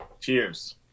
Cheers